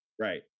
right